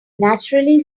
naturally